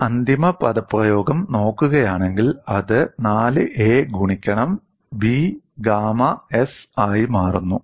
ഈ അന്തിമ പദപ്രയോഗം നോക്കുകയാണെങ്കിൽ അത് 4a ഗുണിക്കണം B ഗാമ s ആയി മാറുന്നു